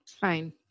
fine